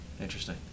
Interesting